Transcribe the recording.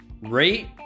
rate